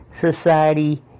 society